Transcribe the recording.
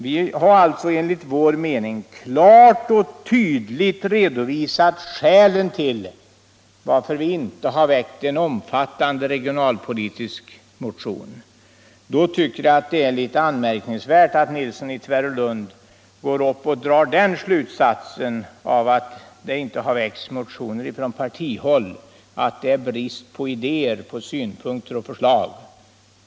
Vi har därmed enligt vår mening klart och tydligt redovisat skälet till att vi inte väckt en omfattande regionalpolitisk motion. Då tycker jag det är anmärkningsvärt att herr Nilsson i Tvärålund drar den slutsatsen av att det inte har väckts motioner, att det är brist på idéer, synpunkter och förslag.